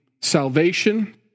salvation